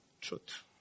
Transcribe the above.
truth